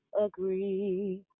agree